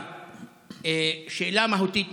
אבל שאלה מהותית נוספת,